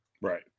Right